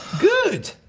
good!